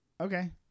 Okay